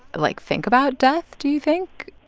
like, think about death, do you think?